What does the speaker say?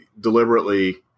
deliberately